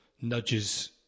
nudges